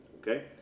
okay